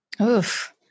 Oof